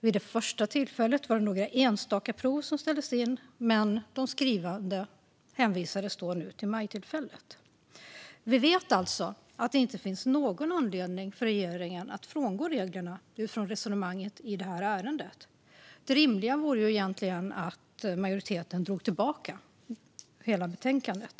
Vid det första tillfället var det några enstaka prov som ställdes in, men de skrivande hänvisades då till majtillfället. Vi vet alltså att det inte finns någon anledning för regeringen att frångå reglerna utifrån resonemanget i detta ärende. Det rimliga vore egentligen att majoriteten drog tillbaka hela betänkandet.